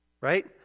right